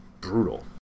brutal